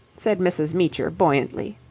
said mrs. meecher buoyantly.